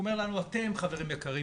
הוא אומר 'אתם חברים יקרים,